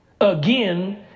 again